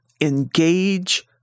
Engage